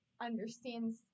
understands